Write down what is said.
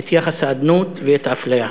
את יחס האדנות ואת האפליה.